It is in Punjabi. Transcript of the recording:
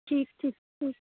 ਠੀਕ ਠੀਕ ਠੀਕ